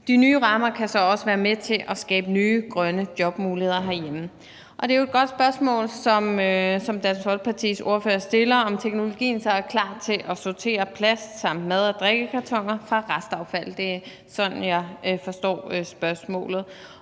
De nye rammer kan så også være med til at skabe nye grønne jobmuligheder herhjemme. Det er jo et godt spørgsmål, som Dansk Folkepartis ordfører stiller, altså om teknologien så er klar til at sortere plast samt mad- og drikkekartoner fra restaffald. Det er sådan, jeg forstår spørgsmålet.